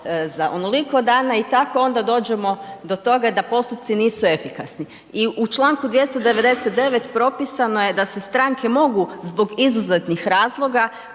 za onoliko dana i tako onda dođemo do toga da postupci nisu efikasni. I u članku 299. propisano je da se stranke mogu zbog izuzetnih razloga